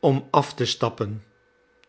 om af te stappen